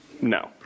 No